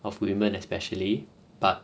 of women especially but